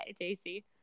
jc